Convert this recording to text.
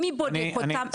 מי בודק אותם?